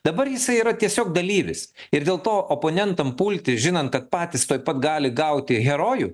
dabar jisai yra tiesiog dalyvis ir dėl to oponentam pulti žinant kad patys tuoj pat gali gauti herojų